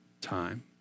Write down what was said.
time